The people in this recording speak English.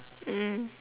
mm